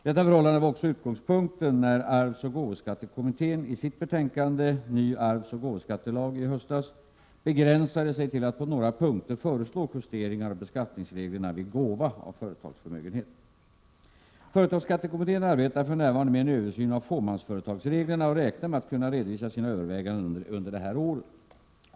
Detta förhållande var också utgångspunkten när arvsoch gåvoskattekommittén, i sitt betänkande Ny arvsoch gåvoskattelag i höstas, begränsade sig till att på några punkter föreslå justeringar av beskattningsreglerna vid gåva av företagsförmögenhet. Företagsskattekommittén arbetar för närvarande med en översyn av fåmansföretagsreglerna och räknar med att kunna redovisa sina överväganden under detta år.